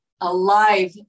alive